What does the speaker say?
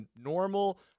normal